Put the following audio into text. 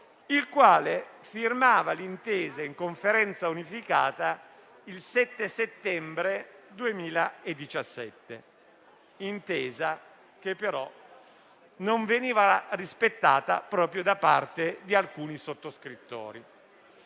il quale firmava l'intesa in Conferenza unificata il 7 settembre 2017. Intesa che, però, non veniva rispettata proprio da parte di alcuni sottoscrittori.